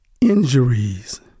injuries